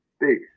big